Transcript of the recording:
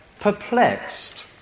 perplexed